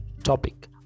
topic